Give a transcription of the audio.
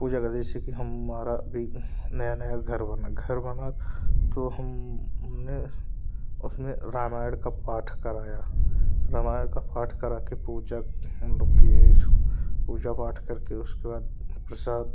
पूजा करते हैं जैसे कि हमारा भी नया नया घर बना घर बना तो हम ने उसमें रामायण का पाठ कराया रामायण का पाठ करा कर के पूजा हम लोग किए पूजा पाठ करके उसके बाद प्रसाद